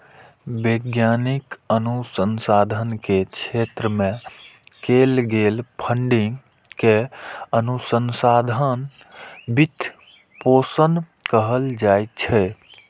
वैज्ञानिक अनुसंधान के क्षेत्र मे कैल गेल फंडिंग कें अनुसंधान वित्त पोषण कहल जाइ छै